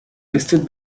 listed